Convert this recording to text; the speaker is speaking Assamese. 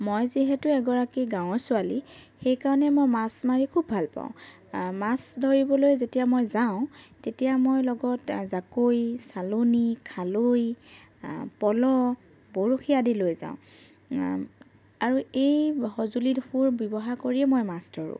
মই যিহেতু এগৰাকী গাঁৱৰ ছোৱালী সেইকাৰণে মই মাছ মাৰি খুব ভালপাওঁ মাছ ধৰিবলৈ যেতিয়া মই যাওঁ তেতিয়া মই লগত জাকৈ চালনী খালৈ পল' বৰশী আদি লৈ যাওঁ আৰু এই সঁজুলিবোৰ ব্যৱহাৰ কৰিয়ে মই মাছ ধৰোঁ